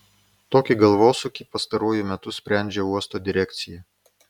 tokį galvosūkį pastaruoju metu sprendžia uosto direkcija